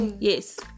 Yes